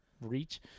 reach –